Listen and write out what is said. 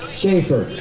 Schaefer